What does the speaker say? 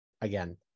Again